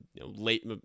late